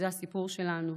זה הסיפור שלנו,